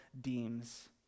deems